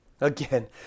Again